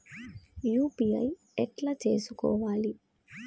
UPI ఎట్లా చేసుకోవాలి?